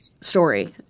story